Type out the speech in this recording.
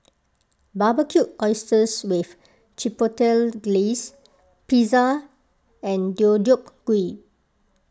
Barbecued Oysters with Chipotle Glaze Pizza and Deodeok Gui